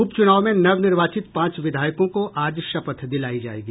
उपचुनाव में नवनिर्वाचित पांच विधायकों को आज शपथ दिलायी जायेगी